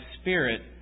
Spirit